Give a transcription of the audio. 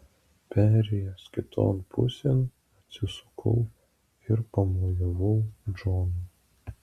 perėjęs kiton pusėn atsisukau ir pamojavau džonui